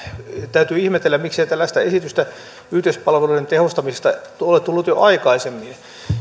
täytyy ihmetellä miksei tällaista esitystä yhteispalvelujen tehostamisesta ole tullut jo aikaisemmin